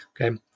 Okay